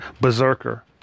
Berserker